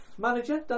manager